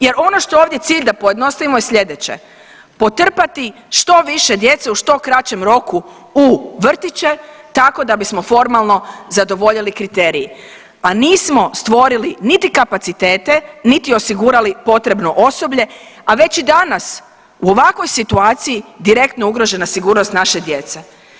Jer ono što je ovdje cilj da pojednostavimo je sljedeće potrpati što više djece u što kraćem roku u vrtiće tako da bismo formalno zadovoljili kriterij, a nismo stvorili niti kapacitete, niti osigurali potrebno osoblje a već i danas u ovakvoj situaciji direktno ugrožena sigurnost naše djece.